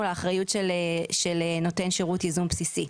לאחריות של נותן שירות ייזום בסיסי.